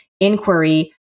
inquiry